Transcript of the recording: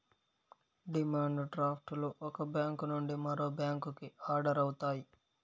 demand draft లు ఒక bank నుండి మరో బ్యాంకుకి ఆర్డర్ అవుతాయి